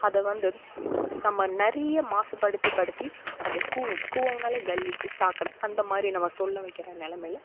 அதை வந்து நம்ம நிறைய மாசுப்படுத்தி படுத்தி அந்த கூவம் கூவம்னாலே கலீஜ் சாக்கடை அந்த மாதிரி நம்ம சொல்ல வைக்கிற நிலமையில